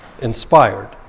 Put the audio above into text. inspired